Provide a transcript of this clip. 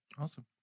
Awesome